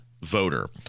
voter